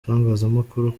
itangazamakuru